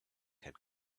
had